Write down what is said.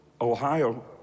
Ohio